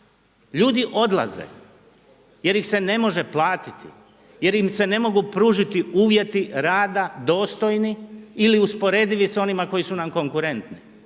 Ljudi odlaze jer ih se ne može platiti, jer im se ne mogu pružiti uvjeti rada dostojni ili usporedivi sa onima koji su nam konkurentni